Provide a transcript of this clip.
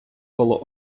коло